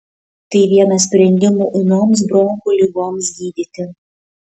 tai vienas sprendimų ūmioms bronchų ligoms gydyti